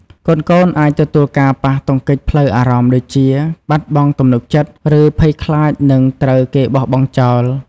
កូនៗអាចទទួលការប៉ះទង្គិចផ្លូវអារម្មណ៍ដូចជា បាត់បង់ទំនុកចិត្ត ឬភ័យខ្លាចនឹងត្រូវគេបោះបង់ចោល។